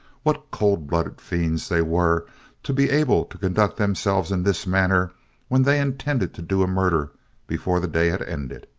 what cold-blooded fiends they were to be able to conduct themselves in this manner when they intended to do a murder before the day had ended!